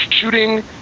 shooting